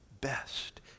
best